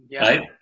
Right